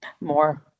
More